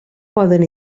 poden